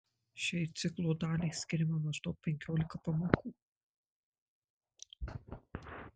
šiai ciklo daliai skiriama maždaug penkiolika pamokų